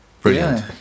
brilliant